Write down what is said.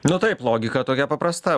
nu taip logika tokia paprasta